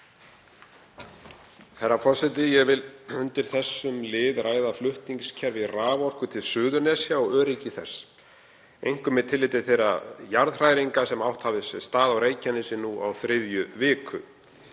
Herra forseti. Ég vil undir þessum lið ræða flutningskerfi raforku til Suðurnesja og öryggi þess, einkum með tilliti til þeirra jarðhræringa sem átt hafa sér stað á Reykjanesi í á þriðju viku.